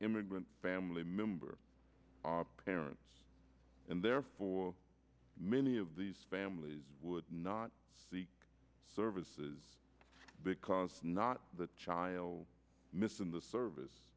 immigrant family member of our parents and therefore many of these families would not be services because not the child missing the service